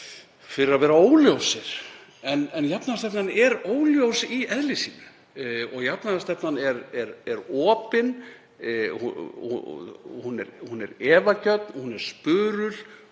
fyrir að vera óljósir en jafnaðarstefnan er óljós í eðli sínu. Jafnaðarstefnan er opin og efagjörn, hún er spurul